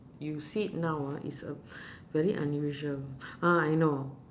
you see it now ah it's a very unusual ah I know